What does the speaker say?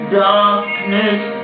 darkness